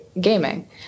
gaming